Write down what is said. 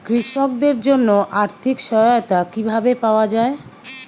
কৃষকদের জন্য আর্থিক সহায়তা কিভাবে পাওয়া য়ায়?